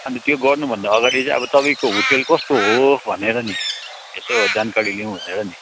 अनि त त्यो गर्नुभन्दा अगाडि चाहिँ अब तपाईँको होटल कस्तो हो भनेर नि यसो जानकारी लिऊँ भनेर नि